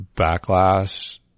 backlash